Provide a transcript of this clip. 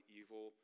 evil